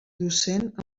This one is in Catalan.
docent